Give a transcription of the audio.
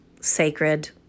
sacred